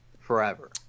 forever